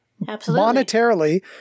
monetarily